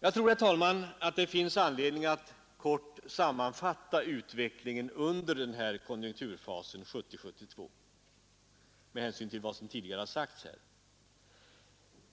Jag tror, herr talman, att det finns anledning att kort sammanfatta utvecklingen under den här konjunkturfasen 1970—1972 med hänsyn till vad som tidigare har sagts här.